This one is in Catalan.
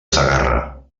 segarra